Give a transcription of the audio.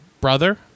brother